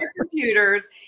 computers